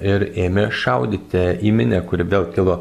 ir ėmė šaudyti į minią kuri vėl kilo